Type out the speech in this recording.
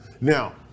Now